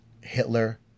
Hitler